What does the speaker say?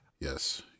Yes